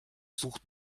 sucht